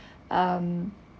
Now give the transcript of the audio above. um